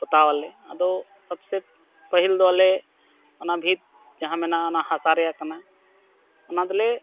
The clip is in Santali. ᱯᱚᱛᱟᱣᱟᱞᱮ ᱟᱫᱚ ᱥᱚᱵᱽᱥᱮ ᱯᱟᱹᱦᱤᱞ ᱫᱚ ᱟᱞᱮ ᱚᱱᱟ ᱵᱷᱤᱛ ᱡᱟᱦᱟᱸ ᱢᱮᱱᱟᱜᱼᱟ ᱚᱱᱟ ᱦᱟᱥᱟ ᱨᱮᱱᱟᱜ ᱠᱟᱱᱟ ᱚᱱᱟ ᱫᱚᱞᱮ